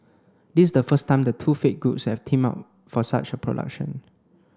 this is the first time the two faith groups have teamed up for such a production